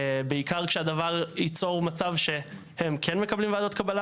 בעיקר כשהדבר ייצור מצב שהם כן מקבלים ועדות קבלה